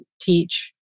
teach